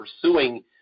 pursuing